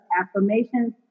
affirmations